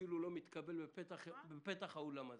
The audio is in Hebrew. שאפילו לא מתקבל בפתח האולם הזה.